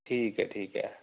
ਠੀਕ ਹੈ ਠੀਕ ਹੈ